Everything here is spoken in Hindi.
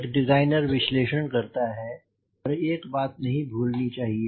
एक डिज़ाइनर विश्लेषण करता है पर एक बात नहीं भूलनी चाहिए